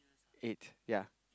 eight ya